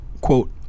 quote